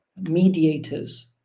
mediators